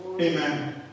Amen